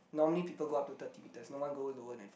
normally people go up to thirty meters no one go lower than fourth